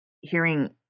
hearing